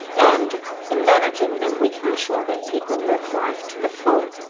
and in managing them we can ensure that people live life to the full.